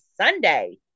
Sunday